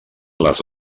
les